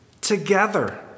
together